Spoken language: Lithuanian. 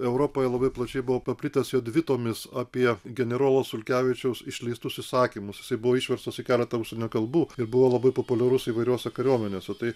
europoje labai plačiai buvo paplitęs jo dvitomis apie generolo sulkevičiaus išleistus įsakymus jisai buvo išverstas į keletą užsienio kalbų ir buvo labai populiarus įvairiose kariuomenėse tai